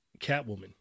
Catwoman